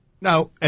Now